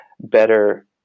better